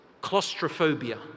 claustrophobia